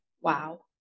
Wow